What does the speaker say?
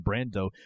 Brando